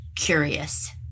curious